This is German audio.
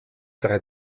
drei